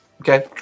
Okay